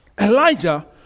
Elijah